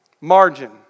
Margin